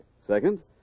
Second